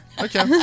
Okay